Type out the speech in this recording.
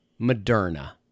Moderna